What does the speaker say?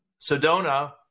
Sedona